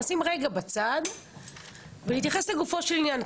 נשים זאת רגע בצד ונתייחס לגופו של עניין,